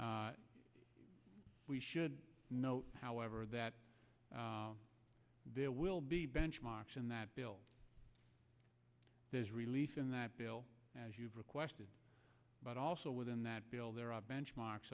we should note however that there will be benchmarks in that bill there is relief in that bill as you've requested but also within that bill there are benchmarks